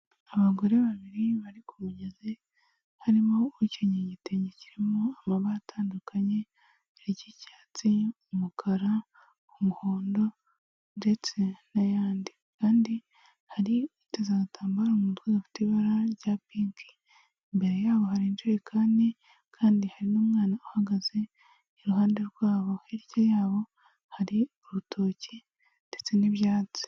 Abagore babiri bari ku mugezi harimo ukenyeye igitenge kirimo amabara atandukanye, y'icyatsi n'umukara w'umuhondo ndetse n'ayandi, kandi hari uteze angatambaro mu mutwe gafite ibara rya pinki imbere yabo hari ijerekani kandi hari n'umwana uhagaze iruhande rwabo, hirya yabo hari urutoki ndetse n'ibyatsi.